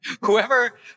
whoever